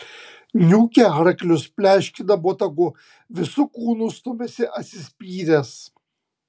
niūkia arklius pleškina botagu visu kūnu stumiasi atsispyręs